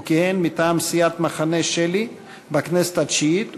הוא כיהן מטעם סיעת מחנה של"י בכנסת התשיעית,